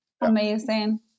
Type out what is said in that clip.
Amazing